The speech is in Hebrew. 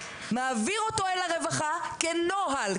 מעביר אותו אל הרווחה כנוהל,